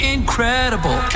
Incredible